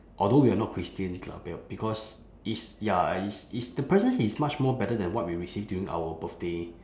although we are not christians lah because it's ya it's it's the presents is much more better than what we receive during our birthday